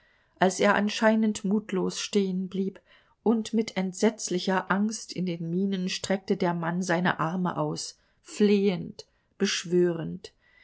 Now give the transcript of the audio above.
als er anscheinend mutlos stehenblieb und mit entsetzlicher angst in den mienen streckte der mann seine arme aus flehend beschwörend